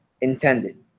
intended